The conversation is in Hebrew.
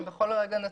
כן, בכל רגע נתון.